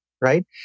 right